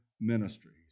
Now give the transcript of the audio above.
ministries